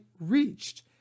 reached